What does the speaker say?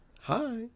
Hi